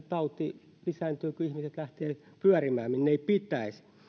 tauti lisääntyy kun ihmiset lähtevät pyörimään minne ei pitäisi